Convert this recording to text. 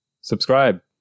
subscribe